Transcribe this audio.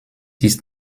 ist